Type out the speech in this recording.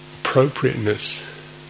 appropriateness